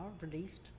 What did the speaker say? released